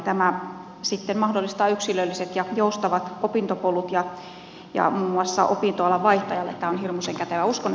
tämä sitten mahdollistaa yksilölliset ja joustavat opintopolut ja muun muassa opintoalan vaihtajalle tämä on hirmuisen kätevää